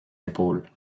épaules